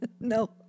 No